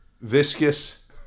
Viscous